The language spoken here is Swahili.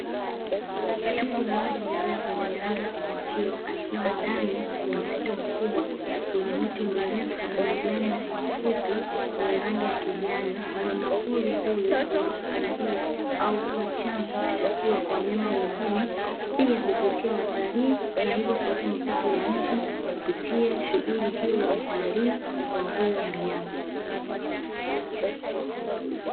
Twiga mmoja mrefu mwenye rangi ya kuvutia akiwa ndani ya msitu mkubwa wenye miti mirefu na majani mafupi yenye rangi ya kijani; mnyama pori huyo husaidia au kuwa chanzo cha chakula kwa wanyama wengine, pia huvutia watalii na hivyo kuleta mapato ya nchi kupitia shughuli hiyo ya utalii wa huyo mnyama.